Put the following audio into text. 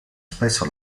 spesso